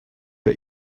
bei